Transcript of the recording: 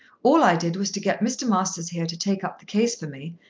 all i did was to get mr. masters here to take up the case for me,